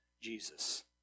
Jesus